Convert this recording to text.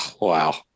Wow